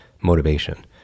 motivation